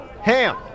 Ham